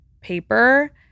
paper